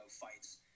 fights